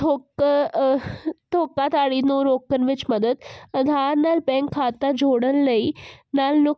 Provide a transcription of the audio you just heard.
ਠੋਕ ਧੋਖਾਧੜੀ ਨੂੰ ਰੋਕਣ ਵਿੱਚ ਮਦਦ ਆਧਾਰ ਨਾਲ ਬੈਂਕ ਖਾਤਾ ਜੋੜਨ ਲਈ ਨਾਲ